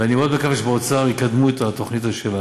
ואני מאוד מקווה שבאוצר יקדמו את התוכנית הזאת,